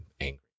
angry